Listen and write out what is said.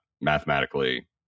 mathematically